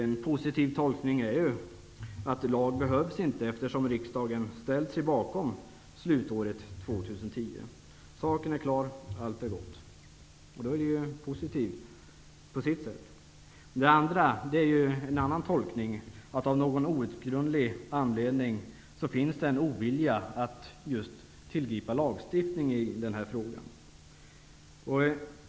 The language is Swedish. En positiv tolkning är att det inte behövs någon lag, eftersom riksdagen står bakom slutåret 2010. Saken är klar. Allt är gott. Och det är ju positivt på sitt sätt. Den andra tolkningen är att det av någon outgrundlig anledning finns en ovilja att tillgripa lagstiftning i just den här frågan.